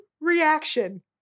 reaction